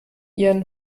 ihren